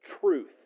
truth